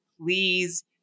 please